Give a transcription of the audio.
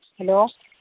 hello